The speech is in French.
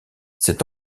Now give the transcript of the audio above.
cet